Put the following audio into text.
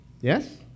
Yes